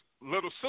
little